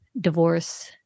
divorce